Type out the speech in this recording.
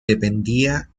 dependía